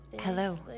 hello